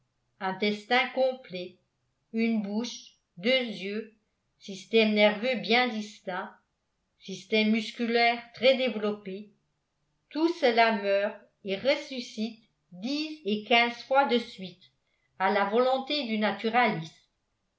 intestin complet une bouche deux yeux système nerveux bien distinct système musculaire très développé tout cela meurt et ressuscite dix et quinze fois de suite à la volonté du naturaliste